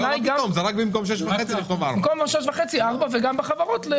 זה רק לכתוב 4 במקום 6.5. וגם בחברות.